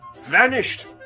Vanished